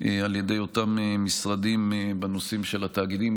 על ידי אותם משרדים בנושאים של התאגידים,